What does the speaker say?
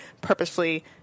purposefully